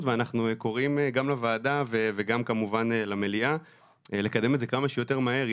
ואנחנו קוראים גם לוועדה וגם כמובן למליאה לקדם את זה כמה שיותר מהר.